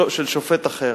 לא, של שופט אחר,